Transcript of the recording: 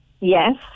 yes